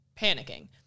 panicking